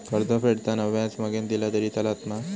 कर्ज फेडताना व्याज मगेन दिला तरी चलात मा?